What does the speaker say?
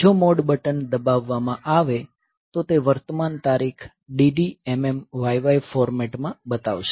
જો mode button દબાવવામાં આવે તો તે વર્તમાન તારીખ dd mm yy ફોર્મેટ માં બતાવશે